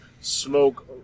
smoke